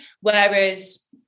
Whereas